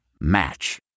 Match